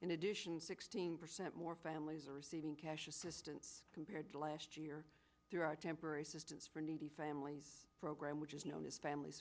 in addition sixteen percent more families are receiving cash assistance compared to last year through our temporary assistance for needy families program which is known as famil